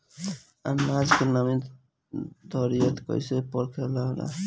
आनाज के नमी घरयीत कैसे परखे लालो?